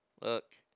look